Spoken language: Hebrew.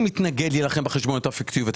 מתנגד להילחם בחשבוניות הפיקטיביות,